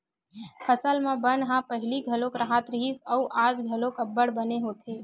फसल म बन ह पहिली घलो राहत रिहिस अउ आज घलो अब्बड़ बन होथे